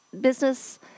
business